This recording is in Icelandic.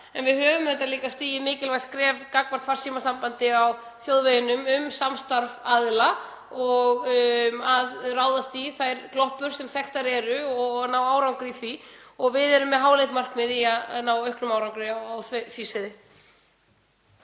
en við höfum auðvitað líka stigið mikilvæg skref gagnvart farsímasambandi á þjóðveginum með samstarfi aðila um að ráðast í þær gloppur sem þekktar eru og ná árangri í því og við erum með háleit markmið um að ná auknum árangri á því sviði.